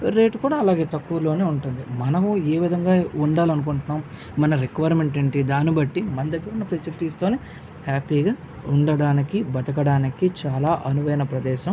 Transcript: rate కూడా అలాగే తక్కువలోనే ఉంటుంది మనము ఏవిధంగా ఉండాలనుకుంటున్నాము మన రిక్వైర్మెంట్ ఏంటి దాన్ని బట్టి మన దగ్గర ఉన్న ఫెసిలిటీస్ తోనే హ్యాపీగా ఉండడానికి బతకడానికి చాలా అనువైన ప్రదేశం